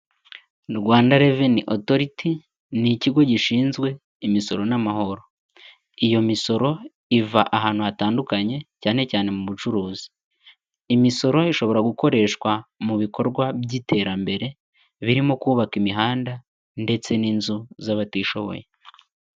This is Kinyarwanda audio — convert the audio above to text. Rwanda Reveni Otoriti ni ikigo gishinzwe Imisoro n'Amahoro. Iyo misoro iva ahantu hatandukanye cyane cyane mu bucuruzi. Imisoro ishobora gukoreshwa mu bikorwa by'iterambere birimo kubaka imihanda ndetse n'inzu z'abatishoboye.